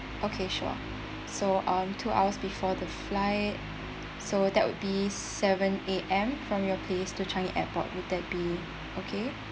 okay sure so um two hours before the flight so that would be seven A_M from your place to Changi airport would that be okay